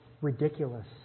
Ridiculous